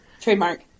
Trademark